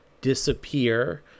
disappear